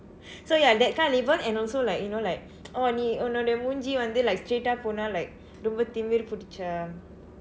so ya that kind of label and also like you know like orh நீ உன்னுடைய முகம் வந்து:nii unnudaya mukam vandthu like straight-aa போனால்:poonaal like ரொம்ப திமிரு புடிச்ச:rompa thimiru pudichsa